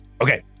Okay